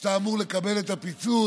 כשאתה אמור לקבל את הפיצוי,